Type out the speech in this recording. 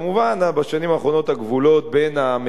בשנים האחרונות הגבולות בין המדיני,